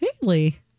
Haley